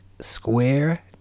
square